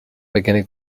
beginning